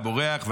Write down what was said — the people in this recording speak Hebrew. הבורח.